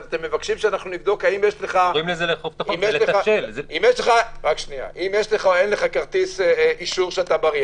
אז אתם מבקשים שנבדוק אם יש לך או אין לך אישור שאתה בריא,